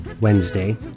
Wednesday